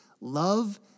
Love